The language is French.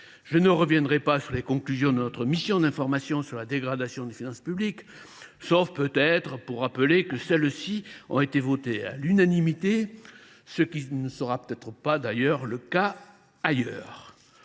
Je ne reviendrai pas sur les conclusions de notre mission d’information sur la dégradation des finances publiques depuis 2023, sauf peut être pour rappeler que celles ci ont été adoptées à l’unanimité, ce qui ne sera peut être pas le cas sur